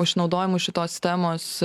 išnaudojimu šitos temos